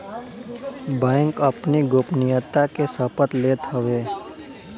bank अपनी गोपनीयता के शपथ लेत हवे